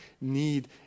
need